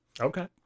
Okay